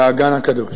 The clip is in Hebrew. כ"האגן הקדוש".